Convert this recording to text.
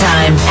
Time